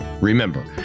Remember